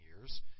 years